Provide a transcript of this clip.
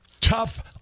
tough